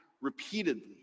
repeatedly